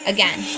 Again